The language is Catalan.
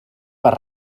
per